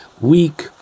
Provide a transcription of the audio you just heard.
weak